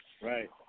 Right